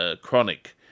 chronic